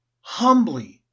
humbly